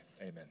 Amen